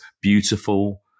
beautiful